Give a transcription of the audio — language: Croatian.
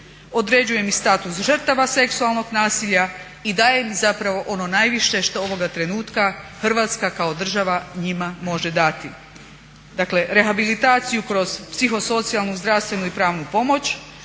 određuje im status žrtava seksualnog nasilja i daje im zapravo ono najviše što ovoga trenutka Hrvatska kao država njima može dati. Dakle rehabilitaciju kroz psihosocijalnu, zdravstvenu i pravnu pomoć,